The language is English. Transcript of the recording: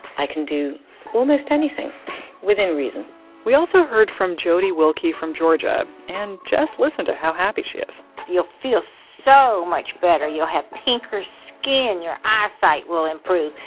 i can do almost anything within reason we also heard from jodi wilkie from georgia. and just listen to how happy she is you'll feel so much better. you'll have pinker skin. your eyesight will improve.